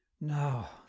now